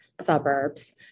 suburbs